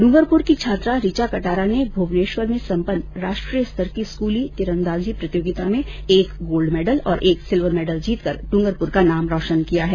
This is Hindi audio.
डूंगरपुर की छात्रा रिचा कटारा ने भूवनेश्वर में संपन्न राष्ट्रीय स्तर की स्कूली तिरंदाजी प्रतियोगिता में गोल्ड मेडल और एक सिल्वर मेडल जीतकर डूंगरपुर का नाम रोशन किया है